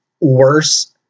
worse